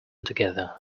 together